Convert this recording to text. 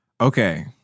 Okay